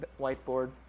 whiteboard